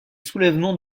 soulèvement